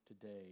today